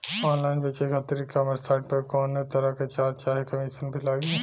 Online बेचे खातिर e commerce site पर कौनोतरह के चार्ज चाहे कमीशन भी लागी?